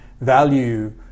value